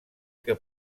que